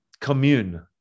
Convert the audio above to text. commune